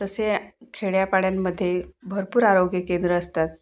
तसे खेड्यापाड्यांमध्ये भरपूर आरोग्य केंद्र असतात